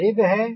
ये रिब हैं